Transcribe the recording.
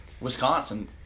Wisconsin